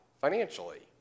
financially